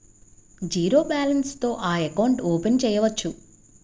Zero balance తో account open చేయవచ్చు?